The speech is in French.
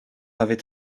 avait